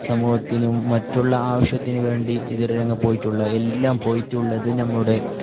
സമൂഹത്തിനും മറ്റുള്ള ആവശ്യത്തിനു വേണ്ടി ഇതുവരെ ഞങ്ങൾ പോയിട്ടുള്ളത് എല്ലാം പോയിട്ടുള്ളത് നമ്മുടെ